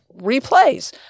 replays